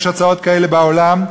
יש הצעות כאלה בעולם,